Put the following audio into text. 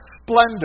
splendor